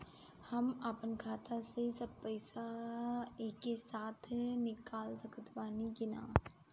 हम आपन खाता से सब पैसा एके साथे निकाल सकत बानी की ना?